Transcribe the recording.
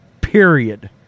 period